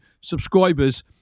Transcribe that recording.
subscribers